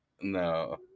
No